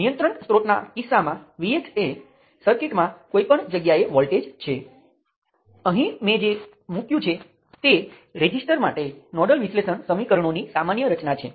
તે મૂળભૂત રીતે પ્લેનર સર્કિટ તરીકે ઓળખાતા લૂપ વિશ્લેષણના પ્રકારો છે